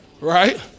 Right